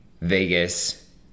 Vegas